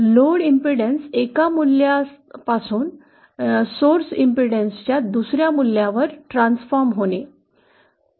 load प्रतिबाधाच्या एका मूल्यापासून स्त्रोत प्रतिबाधाच्या दुसर्या मूल्यावर स्थानांतरण होणे